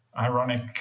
ironic